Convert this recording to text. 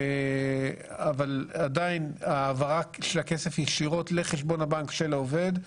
אבל עדיין העברה של הכסף ישירות לחשבון הבנק של העובד,